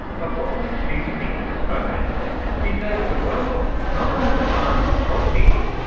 but what makes it interesting for this program is that it's a robot not only designed to help people,